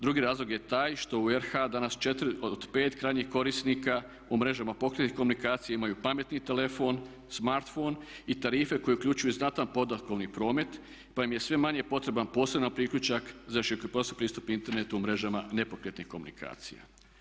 Drugi razlog je taj što u RH danas 4 od 5 krajnjih korisnika u mrežama pokretnih komunikacija imaju pametni telefon, smartphone i tarife koje uključuju znatan podatkovni promet pa im je sve manje potreban poseban priključak za širokopojasni pristup internetu u mrežama nepokretnih komunikacija.